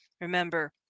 Remember